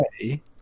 okay